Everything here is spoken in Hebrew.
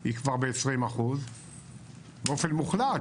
היא כבר ב-20% באופן מוחלט,